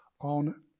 on